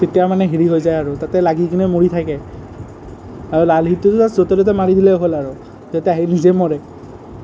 তেতিয়া মানে হেৰি হৈ যায় আৰু তাতে লাগি কিনে মৰি থাকে আৰু লাল হিটটো যে য'তে ত'তে মাৰি দিলেই হ'ল আৰু তেতিয়া সি নিজে মৰে